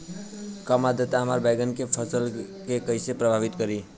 कम आद्रता हमार बैगन के फसल के कइसे प्रभावित करी?